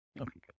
Okay